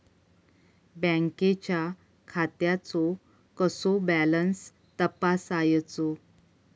बँकेच्या खात्याचो कसो बॅलन्स तपासायचो?